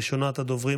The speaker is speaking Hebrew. ראשונת הדוברים,